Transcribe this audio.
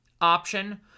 option